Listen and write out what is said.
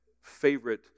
favorite